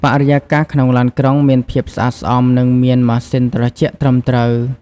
បរិយាកាសក្នុងឡានក្រុងមានភាពស្អាតស្អំនិងមានម៉ាស៊ីនត្រជាក់ត្រឹមត្រូវ។